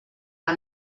que